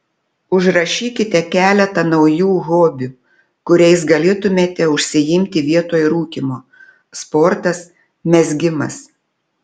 užrašykite keletą naujų hobių kuriais galėtumėte užsiimti vietoj rūkymo sportas mezgimas